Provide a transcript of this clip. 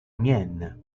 mienne